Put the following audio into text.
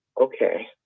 okay